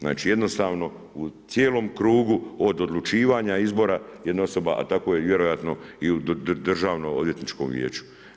Znači, jednostavno u cijelom krugu od odlučivanja izbora jedna osoba, a tako je vjerojatno i u državno odvjetničkom vijeću.